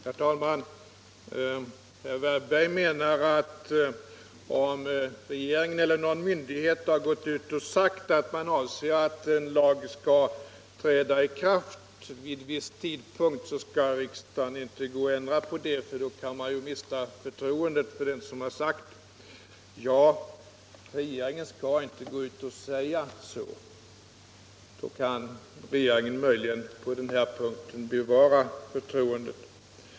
Herr talman! Herr Wärnberg menar tydligen att om regeringen eller någon myndighet har gått ut och sagt att man avser att en lag skall träda i kraft. vid en viss tidpunkt, så bör riksdagen inte ändra på det, eftersom folk då kan mista förtroendet för den som har sagt det. Ja, det är riktigt att regeringen inte skall gå ut och säga så — då kan regeringen möjligen på den här punkten bevara förtroendet!